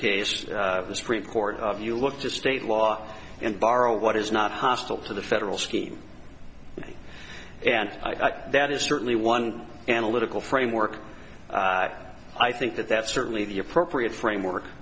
case of the supreme court of you look to state law and borrow what is not hostile to the federal scheme and i think that is certainly one analytical framework i think that that's certainly the appropriate framework